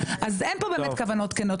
(היו"ר אופיר כץ 10:07) אז אין פה באמת כוונות כנות,